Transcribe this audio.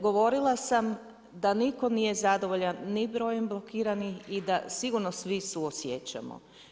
Govorila sam da nitko nije zadovoljan ni brojem blokiranih i da sigurno svi suosjećamo.